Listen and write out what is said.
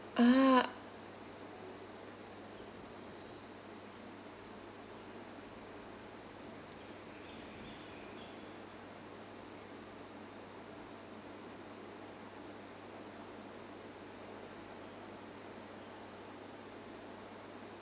ah